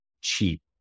cheap